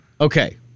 Okay